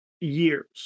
years